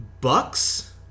Bucks